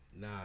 Nah